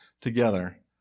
together